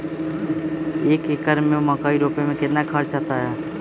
एक एकर में मकई रोपे में कितना खर्च अतै?